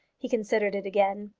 he considered it again,